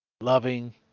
loving